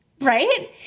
right